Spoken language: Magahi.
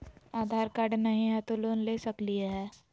आधार कार्ड नही हय, तो लोन ले सकलिये है?